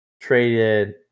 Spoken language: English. Traded